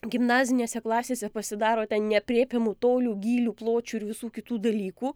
gimnazinėse klasėse pasidaro ten neaprėpiamų tolių gylių pločių ir visų kitų dalykų